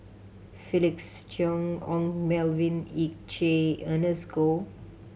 Felix Cheong Ong Melvin Yik Chye Ernest Goh